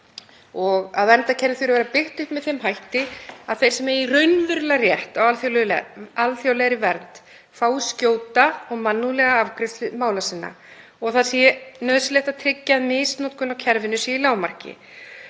að vera í stakk búið og byggt upp með þeim hætti að þeir sem eiga raunverulega rétt á alþjóðlegri vernd fái skjóta og mannúðlega afgreiðslu mála sinna og það sé nauðsynlegt að tryggja að misnotkun á kerfinu sé í lágmarki.